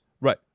Right